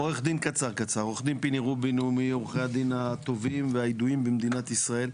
עו"ד פיני רובין הוא מעורכי הדין הטובים והידועים במדינת ישראל.